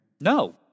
No